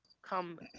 come